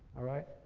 all right.